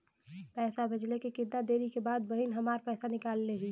पैसा भेजले के कितना देरी के बाद बहिन हमार पैसा निकाल लिहे?